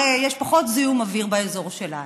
הרי יש פחות זיהום אוויר באזור שלנו,